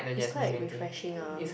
it's quite refreshing ah